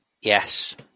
Yes